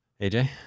AJ